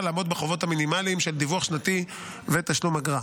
לעמוד בחובות המינימליים של דיווח שנתי ותשלום אגרה.